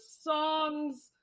songs